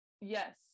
Yes